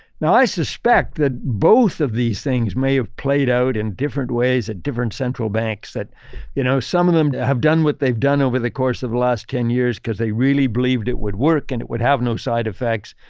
now, i suspect that both of these things may have played out in different ways at different central banks that you know, some of them have done what they've done over the course of the last ten years because they really believed it would work and it would have no side effects.